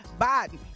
Biden